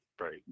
Right